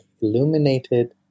Illuminated